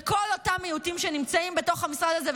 לכל אותם מיעוטים שנמצאים בתוך המשרד הזה.